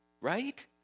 right